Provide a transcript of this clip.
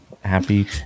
Happy